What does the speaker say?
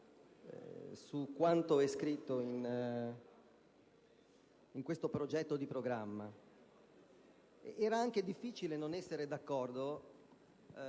su quanto è scritto in questo progetto di Programma. Era anche difficile non essere d'accordo,